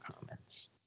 comments